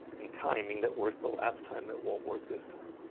and timing that worked the last time that won't work this time,